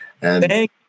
Thank